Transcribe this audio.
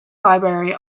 library